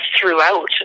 throughout